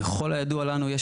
ככל הידוע שלנו,